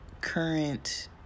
current